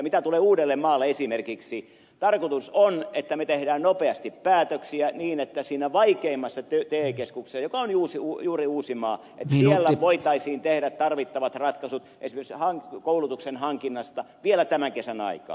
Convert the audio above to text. mitä tulee esimerkiksi uudellemaalle tarkoitus on että me teemme nopeasti päätöksiä niin että siinä vaikeimmassa te keskuksessa joka on juuri uusimaa voitaisiin tehdä tarvittavat ratkaisut esimerkiksi koulutuksen hankinnasta vielä tämän kesän aikaan